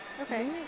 Okay